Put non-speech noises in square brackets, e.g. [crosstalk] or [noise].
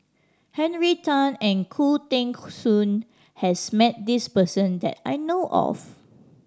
Henry Tan and Khoo Teng [unintelligible] Soon has met this person that I know of